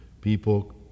people